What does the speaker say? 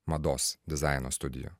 mados dizaino studijų